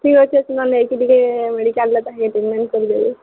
ଠିକ୍ ଅଛି ନେଇକି ଟିକେ ମେଡିକାଲ୍ରେ ତାହାକେ ଟ୍ରିଟମେଣ୍ଟ୍ କରିଦେବି